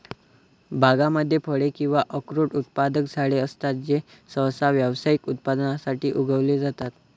बागांमध्ये फळे किंवा अक्रोड उत्पादक झाडे असतात जे सहसा व्यावसायिक उत्पादनासाठी उगवले जातात